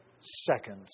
seconds